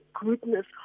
goodness